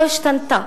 לא השתנה.